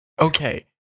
Okay